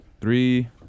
three